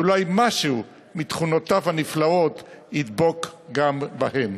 ואולי משהו מתכונותיו הנפלאות ידבק גם בהם.